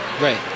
Right